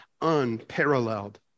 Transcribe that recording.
unparalleled